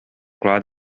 gwlad